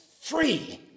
free